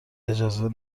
اجازه